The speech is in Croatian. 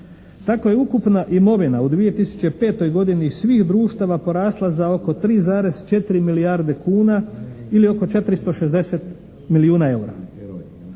Tako je ukupna imovina u 2005. godini svih društava porasla za oko 3,4 milijarde kuna ili oko 460 milijuna EUR-a.